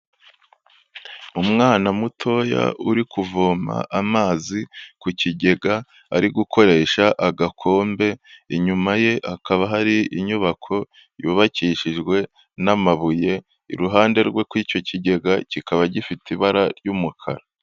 Umwana mutoya uri kuvoma amazi ku kigega, ari gukoresha agakombe, inyuma ye hakaba hari inyubako yubakishijwe n'amabuye, iruhande rwe kuri icyo kigega kikaba gifite ibara ry'umukara.